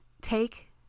take